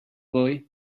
boy